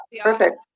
Perfect